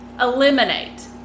Eliminate